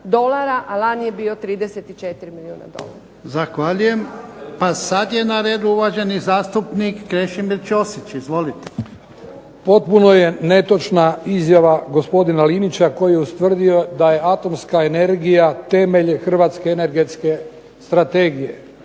a lani je bio 34 milijuna dolara. **Jarnjak, Ivan (HDZ)** Zahvaljujem. Pa sada je na redu uvaženi zastupnik Krešimir Ćosić. Izvolite. **Ćosić, Krešimir (HDZ)** Potpuno je netočna izjava gospodina Linića koji je ustvrdio da je atomska energije temelj hrvatske energetske strategije.